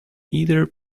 either